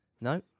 No